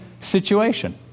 situation